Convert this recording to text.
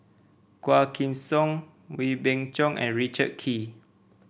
Quah Kim Song Wee Beng Chong and Richard Kee